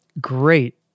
great